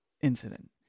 incident